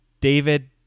David